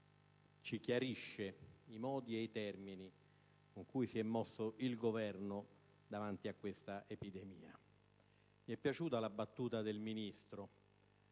chiarito i modi e i termini con cui si è mosso il Governo davanti a questa epidemia. Mi è piaciuta la battuta del Ministro